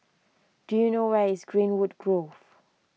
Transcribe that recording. do you know where is Greenwood Grove